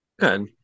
good